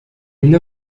une